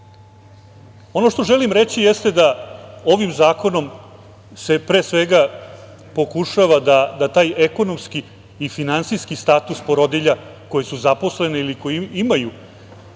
što želim reći jeste da ovim zakonom se pre svega pokušava da taj ekonomski i finansijski status porodilja koje su zaposlene ili koje imaju